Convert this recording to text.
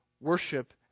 worship